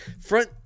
front